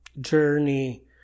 journey